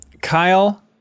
Kyle